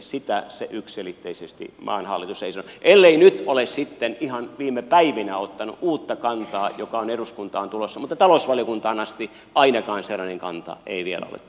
sitä maan hallitus yksiselitteisesti ei sano ellei se nyt ole sitten ihan viime päivinä ottanut uutta kantaa joka on eduskuntaan tulossa mutta talousvaliokuntaan asti ainakaan sellainen kanta ei vielä ole tullut